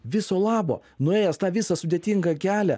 viso labo nuėjęs tą visą sudėtingą kelią